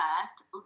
first